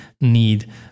need